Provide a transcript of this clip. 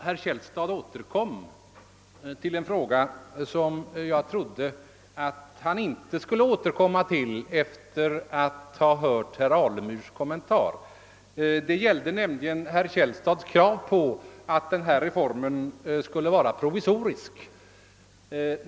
Herr Källstad återkom till en fråga som jag inte trodde att han skulle återkomma till sedan han hört herr Alemyrs kommentar. Det gällde herr Källstads krav på att reformen skulle vara provisorisk.